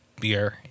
beer